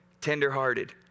tenderhearted